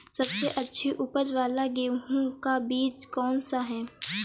सबसे अच्छी उपज वाला गेहूँ का बीज कौन सा है?